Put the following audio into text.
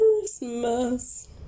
Christmas